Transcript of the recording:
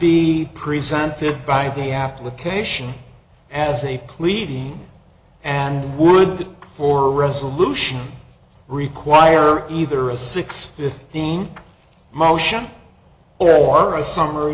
be presented by the application as a pleading and would for a resolution require either a six fifteen motion or a summ